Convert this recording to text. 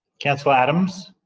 councillor adams,